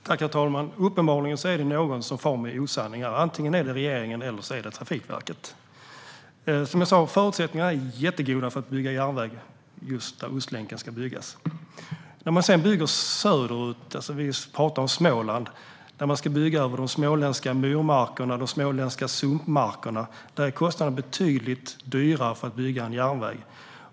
Herr talman! Uppenbarligen är det någon som far med osanning här - antingen regeringen eller Trafikverket. Som jag sa är förutsättningarna jättegoda för att bygga järnväg just där Ostlänken ska byggas. När man sedan bygger söderut, och då pratar vi om Småland, där man ska bygga över myr och sumpmarkerna, är kostnaderna betydligt högre för att bygga järnväg.